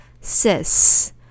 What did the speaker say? sis